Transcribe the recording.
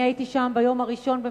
אני הייתי שם ביום הראשון,